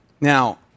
Now